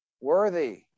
worthy